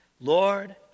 Lord